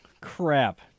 crap